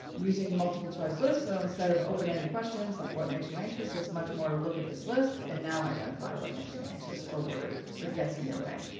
using multiple choice lists so instead of open-ended questions like what makes you anxious, it's much more look at this list and now identify what makes you anxious or worried or gets in your way.